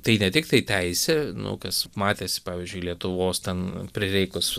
tai ne tiktai teisė nu kas matėsi pavyzdžiui lietuvos ten prireikus